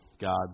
God